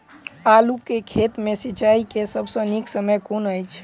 आलु केँ खेत मे सिंचाई केँ सबसँ नीक समय कुन अछि?